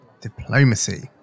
diplomacy